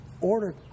order